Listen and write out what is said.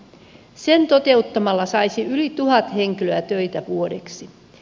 sen toteuttamalla saisi yli tuhat henkilöä töitä vuodeksi